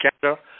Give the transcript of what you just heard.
Canada